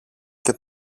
και